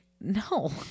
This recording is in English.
No